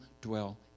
dwell